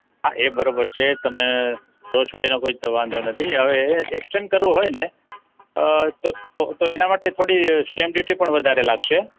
હા એ બરોબર છે તમે કયો છો એનો કોઈ તો વાંધો નથી હવે એક્સટેન્ડ કરવું હોયને તો તો તો એના માટે થોડી ડયુટી પણ વધારે લાગશે